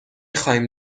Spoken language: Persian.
خوایم